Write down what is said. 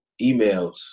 emails